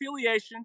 affiliation